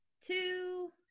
two